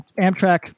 Amtrak